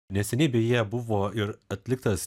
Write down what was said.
neseniai beje buvo ir atliktas